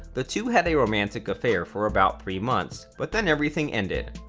the two had a romantic affair for about three months, but then everything ended.